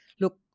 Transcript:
look